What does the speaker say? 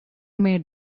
may